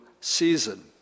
season